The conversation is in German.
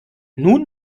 nun